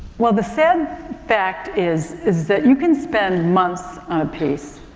well the sad fact is, is that you can spend months on a piece